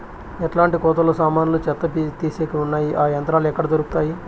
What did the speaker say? ఎట్లాంటి కోతలు సామాన్లు చెత్త తీసేకి వున్నాయి? ఆ యంత్రాలు ఎక్కడ దొరుకుతాయి?